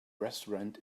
restaurant